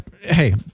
Hey